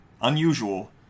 unusual